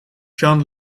john